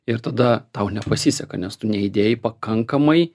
ir tada tau nepasiseka nes tu neįdėjai pakankamai